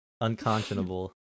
Unconscionable